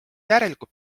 järelikult